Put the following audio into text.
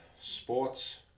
Sports